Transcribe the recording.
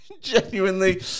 Genuinely